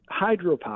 hydropower